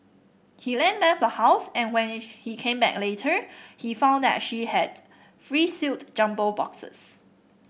he then left the house and when he came back later he found that she had three sealed jumbo boxes